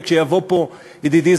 וכשיבוא פה ידידי,